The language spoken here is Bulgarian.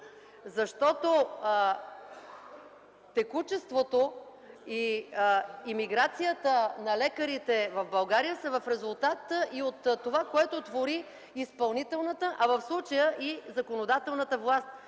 защото текучеството и емиграцията на лекарите в България са в резултат и от това, което твори изпълнителната, а в случая и законодателната власт.